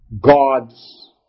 God's